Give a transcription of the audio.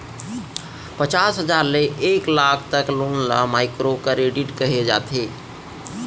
पचास हजार ले एक लाख तक लोन ल माइक्रो करेडिट कहे जाथे